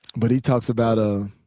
but he talks about ah